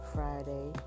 Friday